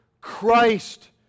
Christ